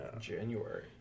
January